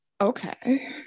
okay